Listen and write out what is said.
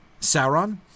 Sauron